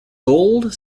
gold